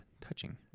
touching